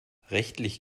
rechtlich